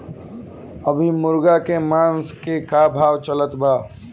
अभी मुर्गा के मांस के का भाव चलत बा?